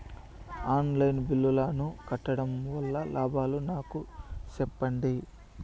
On line బిల్లుల ను కట్టడం వల్ల లాభాలు నాకు సెప్పండి?